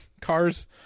cars